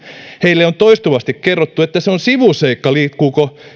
heille on toistuvasti kerrottu että se on sivuseikka liikkuuko